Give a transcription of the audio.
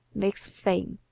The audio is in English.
makes fame